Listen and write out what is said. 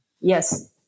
Yes